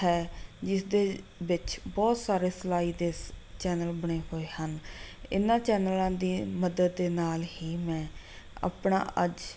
ਹੈ ਜਿਸ ਦੇ ਵਿੱਚ ਬਹੁਤ ਸਾਰੇ ਸਿਲਾਈ ਦੇ ਚੈਨਲ ਬਣੇ ਹੋਏ ਹਨ ਇਨ੍ਹਾਂ ਚੈਨਲਾਂ ਦੀ ਮਦਦ ਦੇ ਨਾਲ ਹੀ ਮੈਂ ਆਪਣਾ ਅੱਜ